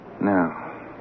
Now